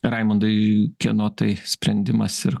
raimundai kieno tai sprendimas ir